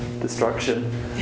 destruction